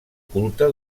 culte